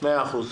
מאה אחוז.